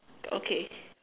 okay